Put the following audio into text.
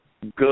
good